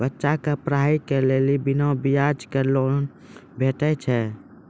बच्चाक पढ़ाईक लेल बिना ब्याजक लोन भेटै छै?